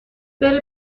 بره